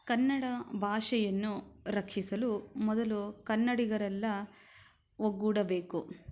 ಕನ್ನಡ ಭಾಷೆಯನ್ನು ರಕ್ಷಿಸಲು ಮೊದಲು ಕನ್ನಡಿಗರೆಲ್ಲ ಒಗ್ಗೂಡಬೇಕು